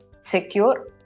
secure